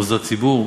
מוסדות ציבור,